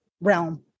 realm